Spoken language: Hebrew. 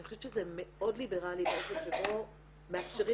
אני חושבת שזה מאוד ליברלי באופן שבו מאפשרים